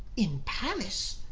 in paris!